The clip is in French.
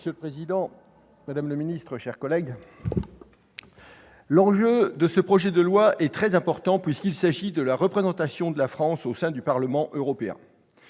Monsieur le président, madame le ministre, mes chers collègues, l'enjeu de ce projet de loi est très important, puisqu'il s'agit de la représentation de la France au sein du Parlement européen.